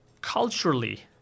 culturally